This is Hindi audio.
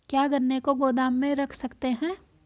क्या गन्ने को गोदाम में रख सकते हैं?